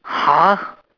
!huh!